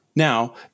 Now